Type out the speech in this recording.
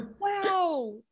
Wow